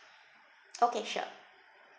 okay sure